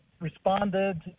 responded